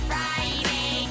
Friday